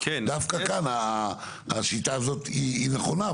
דווקא כאן השיטה הזאת היא נכונה,